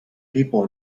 people